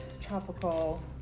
tropical